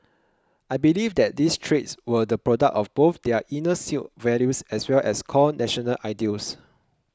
I believe that these traits were the product of both their inner Sikh values as well as core national ideals